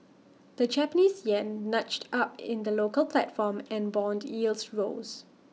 the Japanese Yen nudged up in the local platform and Bond yields rose